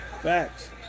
Facts